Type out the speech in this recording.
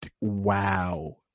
Wow